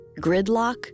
Gridlock